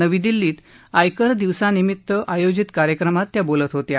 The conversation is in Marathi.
नवी दिल्लीत आयकर दिवसानिमित्त आयोजित कार्यक्रमात त्या बोलत होत्या